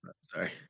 Sorry